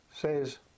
says